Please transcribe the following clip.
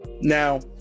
Now